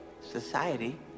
Society